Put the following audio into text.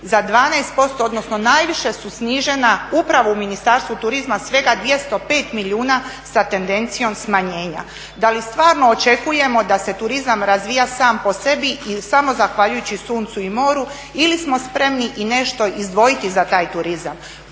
za 12% odnosno najviše su snižena upravo u Ministarstvu turizma, svega 205 milijuna sa tendencijom smanjenja. Da li stvarno očekujemo da se turizam razvija sam po sebi i samo zahvaljujući suncu i moru ili smo spremni i nešto izdvojiti za taj turizam.